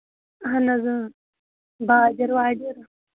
اَہَن حظ آ باجِر واجِر